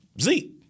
Zeke